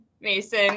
Mason